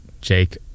Jake